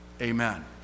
Amen